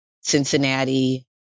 Cincinnati